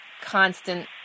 constant